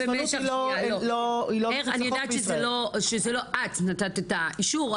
אני יודעת שזה לא את נתת את האישור,